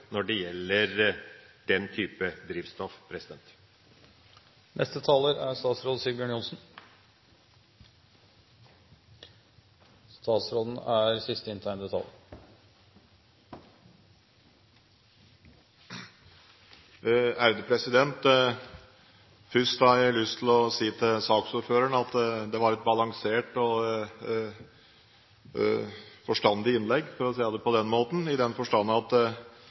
når det gjelder den type drivstoff. Først har jeg lyst til å si til saksordføreren at han hadde et balansert og forstandig innlegg – for å si det på den måten – i den forstand at